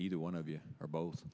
either one of you or both